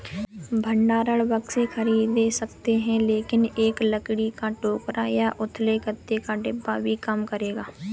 भंडारण बक्से खरीद सकते हैं लेकिन एक लकड़ी का टोकरा या उथले गत्ते का डिब्बा भी काम करेगा